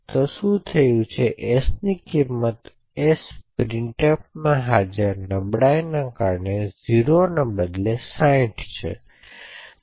તો શું થયું છે કે s ની કિંમત s printf માં હાજર નબળાઈને કારણે ૦ ને બદલે 60 છે